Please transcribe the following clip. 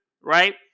right